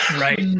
right